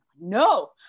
No